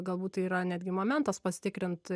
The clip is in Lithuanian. galbūt tai yra netgi momentas pasitikrint